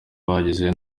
bihagaze